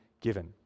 given